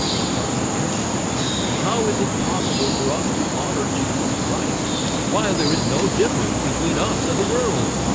but once again how is it possible for us to honor jesus christ while there is no difference between us at the world.